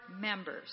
members